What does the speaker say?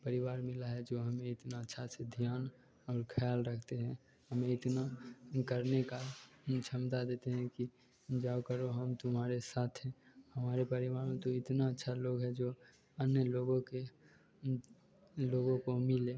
परिवार मिला है जो हमें इतना अच्छा से ध्यान और ख्याल रखते हैं हमें इतना करने का क्षमता देते हैं कि जाओ करो हम तुम्हारे साथ हैं हमारे परिवार में तो इतना अच्छा लोग है जो अन्य लोगों के लोगों को मिले